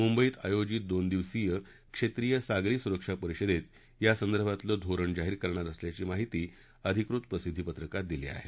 मुंबईत आयोजित दोन दिवसीय क्षेत्रीय सागरी सुरक्षा परिषदेत यासंदर्भातलं धोरण जाहीर करणार असल्याची माहिती अधिकृत प्रसिद्धिपत्रकात दिली आहे